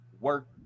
work